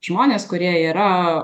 žmonės kurie yra